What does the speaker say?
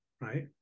right